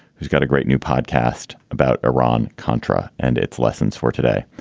who's got a great new podcast about iran contra and its lessons for today.